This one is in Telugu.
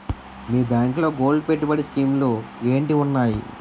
మీ బ్యాంకులో గోల్డ్ పెట్టుబడి స్కీం లు ఏంటి వున్నాయి?